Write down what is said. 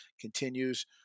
continues